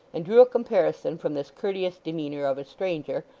and drew a comparison from this courteous demeanour of a stranger,